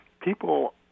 people